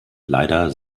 leider